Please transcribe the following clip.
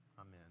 amen